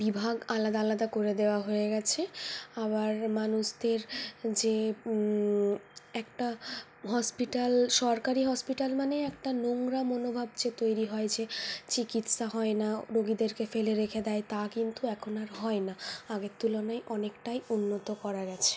বিভাগ আলাদা আলাদা করে দেওয়া হয়ে গিয়েছে আবার মানুষদের যে একটা হসপিটাল সরকারি হসপিটাল মানেই একটা নোংরা মনোভাব যে তৈরি হয় যে চিকিৎসা হয় না রোগীদেরকে ফেলে রেখে দেয় তা কিন্তু এখন আর হয় না আগের তুলনায় অনেকটাই উন্নত করা গিয়েছে